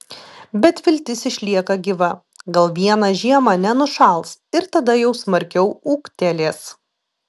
bet viltis išlieka gyva gal vieną žiemą nenušals ir tada jau smarkiau ūgtelės